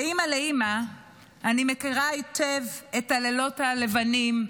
כאימא לאימא אני מכירה היטב את הלילות הלבנים,